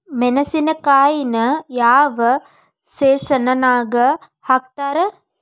ಮೆಣಸಿನಕಾಯಿನ ಯಾವ ಸೇಸನ್ ನಾಗ್ ಹಾಕ್ತಾರ?